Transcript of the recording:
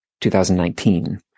2019